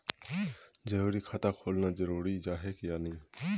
बचत खाता खोलना की जरूरी जाहा या नी?